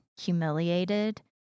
humiliated